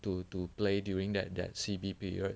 to to play during that that C_B period